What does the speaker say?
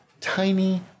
tiny